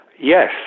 Yes